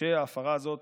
כשההפרה הזאת